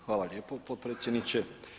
Hvala lijepo potpredsjedniče.